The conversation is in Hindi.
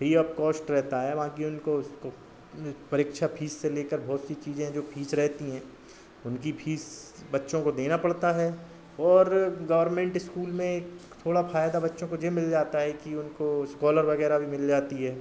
फ्री ऑफ कॉश्ट रहता है बाकी उनको परीक्षा फीस से लेकर बहुत सी चीज़ें हैं जो फीस रहेती हैं उनकी फीस बच्चों को देना पड़ता है ओर गौरमेंट इस्कूल में एक थोड़ा फ़ायदा बच्चों को यह मिल जाता है कि उनको इस्कॉलर वगैरह भी मिल जाती है